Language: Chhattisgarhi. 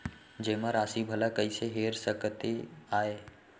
जेमा राशि भला कइसे हेर सकते आय?